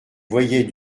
voyait